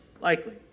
likely